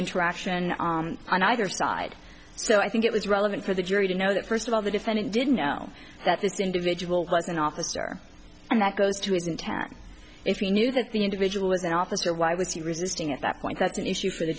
interaction on either side so i think it was relevant for the jury to know that first of all the defendant didn't know that this individual was an officer and that goes to his intact if he knew that the individual was an officer why was he resisting at that point that's an issue for the